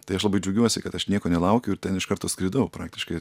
tai aš labai džiaugiuosi kad aš nieko nelaukiau ir ten iš karto skridau praktiškai